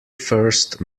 first